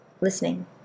listening